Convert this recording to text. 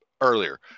earlier